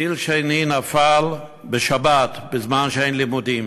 טיל שני נפל בשבת, בזמן שאין לימודים.